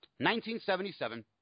1977